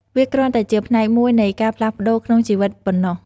វាគ្រាន់តែជាផ្នែកមួយនៃការផ្លាស់ប្តូរក្នុងជីវិតប៉ុណ្ណោះ។